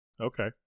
Okay